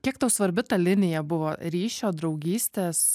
kiek tau svarbi ta linija buvo ryšio draugystės